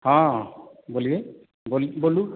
हँ बोलिय बोलूँ